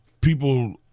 people